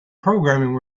programming